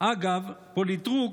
אגב, "פוליטרוק"